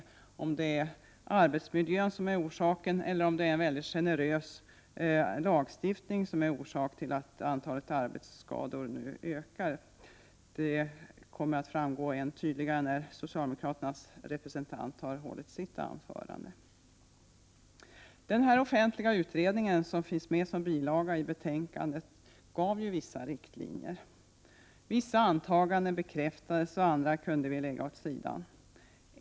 Meningarna är delade om huruvida det är arbetsmiljön som är orsaken eller om det är en generös lagstiftning som är anledningen till att antalet arbetsskadefall ökar. Det kommer att framgå än tydligare när socialdemokraternas representant har hållit sitt anförande. Den offentliga utfrågningen, som finns med som bilaga till betänkandet, gav vissa riktlinjer. Vissa antaganden bekräftades och andra kunde vi lägga åt sidan.